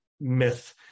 myth